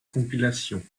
compilations